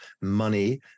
money